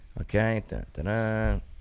Okay